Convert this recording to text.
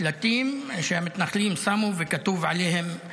שלטים שהמתנחלים שמו וכתוב עליהם: